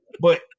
But-